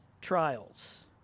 trials